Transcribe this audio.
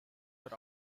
were